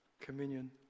communion